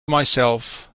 myself